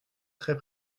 très